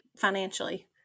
financially